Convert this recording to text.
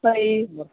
sorry